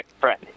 friend